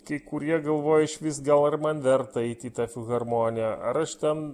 kai kurie galvoja išvis gal ar man verta eiti į tą filharmoniją ar aš ten